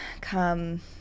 come